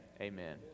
Amen